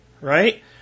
right